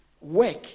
work